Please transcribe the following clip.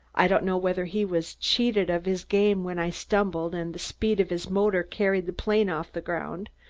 i don't know whether he was cheated of his game when i stumbled and the speed of his motor carried the plane off the ground,